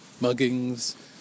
muggings